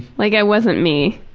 like i wasn't me.